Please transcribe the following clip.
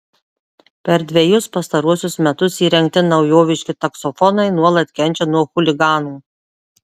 per dvejus pastaruosius metus įrengti naujoviški taksofonai nuolat kenčia nuo chuliganų